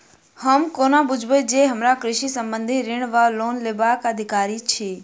हम कोना बुझबै जे हम कृषि संबंधित ऋण वा लोन लेबाक अधिकारी छी?